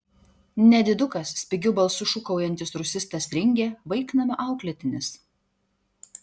nedidukas spigiu balsu šūkaujantis rusistas ringė vaiknamio auklėtinis